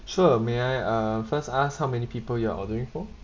sure may I uh first ask how many people you are ordering for